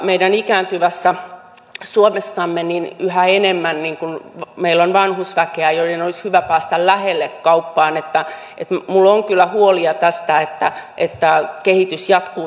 meidän ikääntyvässä suomessamme on yhä enemmän vanhusväkeä jonka olisi hyvä päästä lähelle kauppaan joten minulla on kyllä huolia tästä että kehitys jatkuu samansuuntaisena